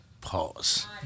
Pause